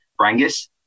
Brangus